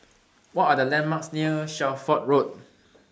What Are The landmarks near Shelford Road